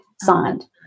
signed